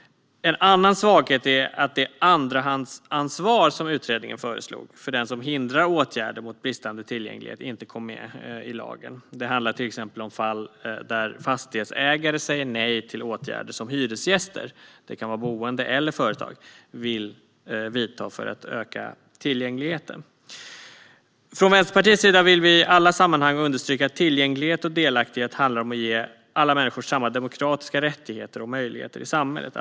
En annan svaghet är att det andrahandsansvar som utredningen föreslog för den som hindrar åtgärder mot bristande tillgänglighet inte kom med i lagen. Det handlar till exempel om fall där fastighetsägare säger nej till åtgärder som hyresgäster - det kan vara boende eller företag - vill vidta för att öka tillgängligheten. Från Vänsterpartiets sida vill vi i alla sammanhang understryka att tillgänglighet och delaktighet handlar om att ge alla människor samma demokratiska rättigheter och möjligheter i samhället.